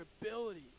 ability